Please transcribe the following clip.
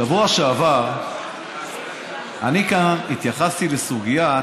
בשבוע שעבר אני התייחסתי כאן לסוגיית